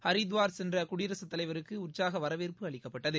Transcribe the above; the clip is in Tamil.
ஹரித்துவார் சென்ற குடியரசுத்தலைவருக்கு உற்சாச வரவேற்பு அளிக்கப்பட்டது